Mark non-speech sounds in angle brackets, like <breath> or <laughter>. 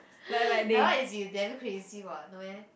<breath> that one is you damn crazy what no meh